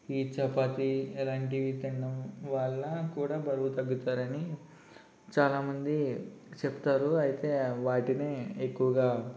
ఈ చపాతి ఇలాంటివి తినడం వల్ల కూడా బరువు తగ్గుతారని చాలామంది చెప్తారు అయితే వాటిని ఎక్కువగా